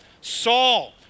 Saul